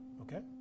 okay